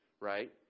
right